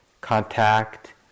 contact